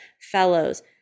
fellows